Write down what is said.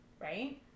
Right